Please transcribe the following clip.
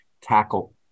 tackle